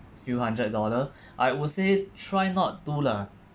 few hundred dollar I would say try not to lah